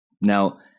Now